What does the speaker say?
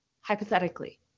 hypothetically